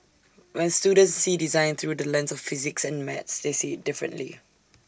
when students see design through the lens of physics and maths they see IT differently